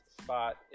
spot